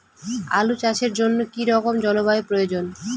আলু চাষের জন্য কি রকম জলবায়ুর প্রয়োজন?